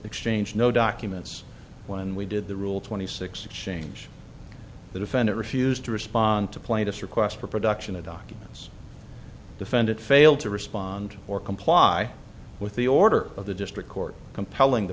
exchanged no documents when we did the rule twenty six a change the defendant refused to respond to plaintiff's request for production of documents defendant failed to respond or comply with the order of the district court compelling the